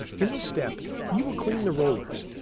in this step you will clean the rollers.